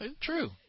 True